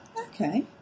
Okay